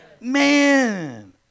Man